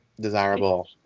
desirable